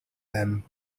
them